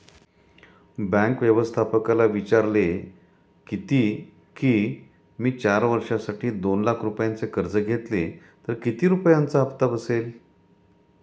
bank व्यवस्थापकाला विचारले किती की, मी चार वर्षांसाठी दोन लाख रुपयांचे कर्ज घेतले तर किती रुपयांचा हप्ता बसेल